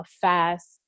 fast